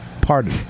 Pardon